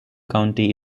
county